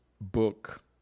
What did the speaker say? book